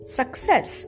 success